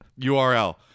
URL